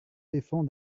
défend